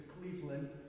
Cleveland